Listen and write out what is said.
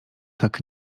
tak